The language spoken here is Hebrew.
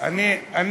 גם את אשתי.